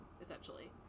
essentially